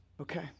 Okay